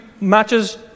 matches